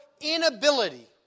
inability